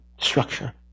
structure